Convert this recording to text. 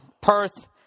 Perth